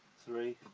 three